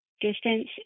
distance